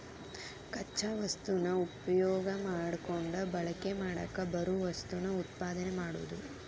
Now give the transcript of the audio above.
ಕಚ್ಚಾ ವಸ್ತುನ ಉಪಯೋಗಾ ಮಾಡಕೊಂಡ ಬಳಕೆ ಮಾಡಾಕ ಬರು ವಸ್ತುನ ಉತ್ಪಾದನೆ ಮಾಡುದು